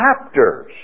chapters